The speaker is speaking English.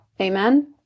Amen